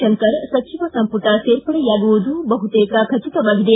ಶಂಕರ್ ಸಚಿವ ಸಂಪುಟ ಸೇರ್ಪಡೆಯಾಗುವುದು ಬಹುತೇಕ ಖಚಿತವಾಗಿದೆ